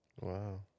wow